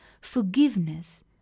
Forgiveness